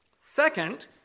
Second